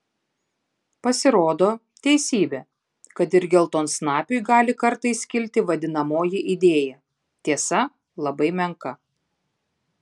pasirodo teisybė kad ir geltonsnapiui gali kartais kilti vadinamoji idėja tiesa labai menka